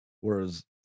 Whereas